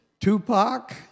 Tupac